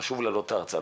חשוב להעלות ארצה,